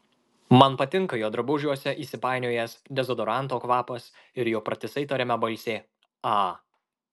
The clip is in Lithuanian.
man patinka jo drabužiuose įsipainiojęs dezodoranto kvapas ir jo pratisai tariama balsė a